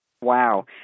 Wow